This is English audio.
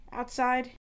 outside